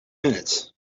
minutes